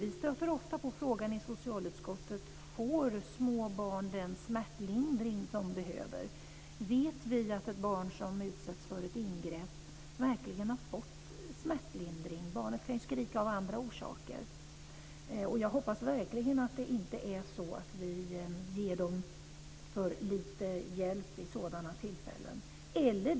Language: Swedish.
I socialutskottet stöter vi ofta på frågan ifall små barn får den smärtlindring de behöver. Vet vi att ett barn som utsatts för ett ingrepp verkligen har fått smärtlindring? Barnet kan ju skrika av andra orsaker. Jag hoppas verkligen att det inte är så att vi ger barnen för lite hjälp vid sådana tillfällen.